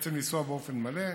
בעצם לנסוע באופן מלא,